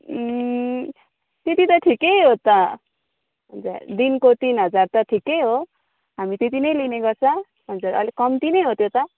त्यति त ठिकै हो त हजार दिनको तिन हजार त ठिकै हो हामी त्यति नै लिने गर्छ हजुर अलिक कम्ती नै त्यो त